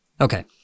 Okay